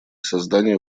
создания